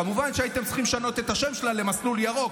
כמובן שהייתם צריכים לשנות את השם שלה ל"מסלול ירוק",